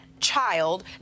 Child